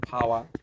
power